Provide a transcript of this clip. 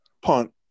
punt